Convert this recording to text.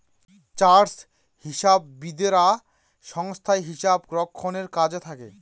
chartered হিসাববিদরা সংস্থায় হিসাব রক্ষণের কাজে থাকে